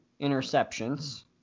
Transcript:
interceptions